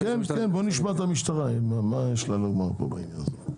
המשטרה מה יש לה לומר בעניין.